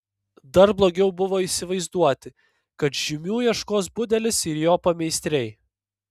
dar blogiau buvo įsivaizduoti kad žymių ieškos budelis ir jo pameistriai